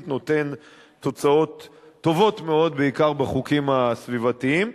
נותן תוצאות טובות מאוד בעיקר בחוקים הסביבתיים.